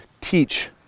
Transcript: teach